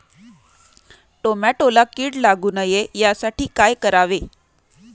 टोमॅटोला कीड लागू नये यासाठी काय करावे?